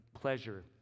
pleasure